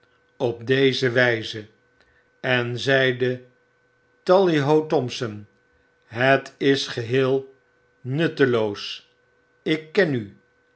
op deze wjjze en zeide tally ho thompson het is geheel nutteloos ik ken u